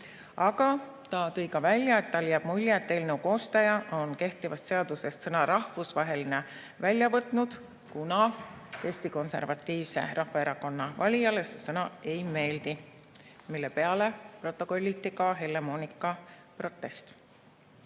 Ta tõi ka välja, et tal jääb mulje, et eelnõu koostaja on kehtivast seadusest sõna "rahvusvaheline" välja võtnud, kuna Eesti Konservatiivse Rahvaerakonna valijale see sõna ei meeldi. Selle peale protokolliti Helle-Moonika protest.